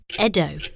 Edo